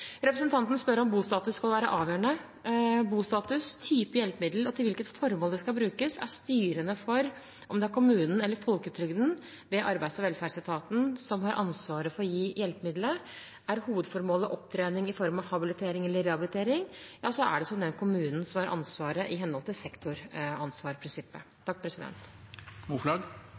Representanten spør om bostatus skal være avgjørende. Bostatus, type hjelpemiddel og til hvilket formål det skal brukes, er styrende for om det er kommunen eller folketrygden ved arbeids- og velferdsetaten som har ansvaret for å gi hjelpemiddelet. Er hovedformålet opptrening i form av habilitering eller rehabilitering, er det som nevnt kommunen som har ansvaret i henhold til sektoransvarsprinsippet.